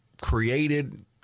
created